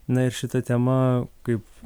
na ir šita tema kaip